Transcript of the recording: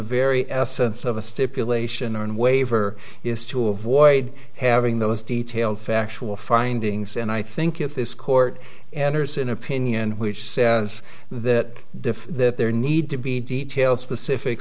very essence of a stipulation and waiver is to avoid having those details factual findings and i think if this court anderson opinion which says that diff that there need to be detail specific